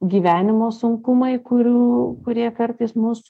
gyvenimo sunkumai kurių kurie kartais mus